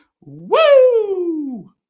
Woo